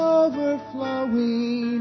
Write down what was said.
overflowing